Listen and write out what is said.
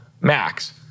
Max